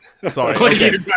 Sorry